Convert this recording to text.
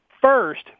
first